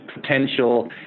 potential